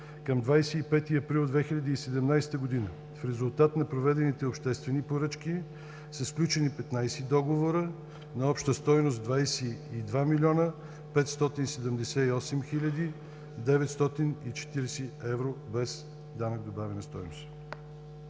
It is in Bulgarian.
Към 25 април 2017 г. в резултат на проведените обществени поръчки са сключени 15 договора на обща стойност 22 млн. 578 хил. 940 евро без данък добавена стойност.